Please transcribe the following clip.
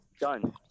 done